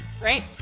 Great